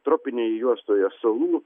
tropinėje juostoje salų